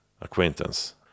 acquaintance